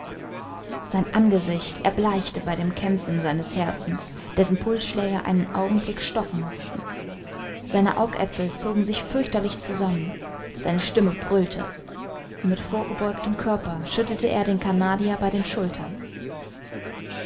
sein angesicht erbleichte bei den kämpfen seines herzens dessen pulsschläge einen augenblick stocken mußten seine augäpfel zogen sich fürchterlich zusammen seine stimme brüllte mit vorgebeugtem körper schüttelte er den canadier bei den schultern